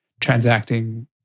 transacting